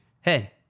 hey